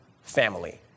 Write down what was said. family